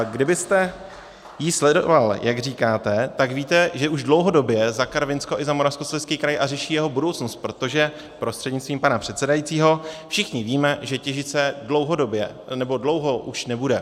Kdybyste ji sledoval, jak říkáte, tak víte, že už dlouhodobě za Karvinsko i za Moravskoslezský kraj řeší jeho budoucnost, protože prostřednictvím pana předsedajícího všichni víme, že těžit se dlouhodobě nebo dlouho už nebude.